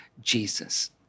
Jesus